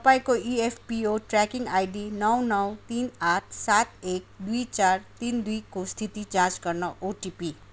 तपाईँँको EPFO tracking ID नौ नौ तिन आठ सात एक दुई चार तिन दुईको स्थिति जाँच गर्न ओटिपी